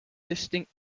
distinct